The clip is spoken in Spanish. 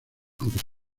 aunque